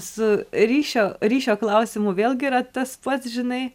su ryšio ryšio klausimu vėlgi yra tas pats žinai